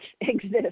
exist